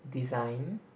design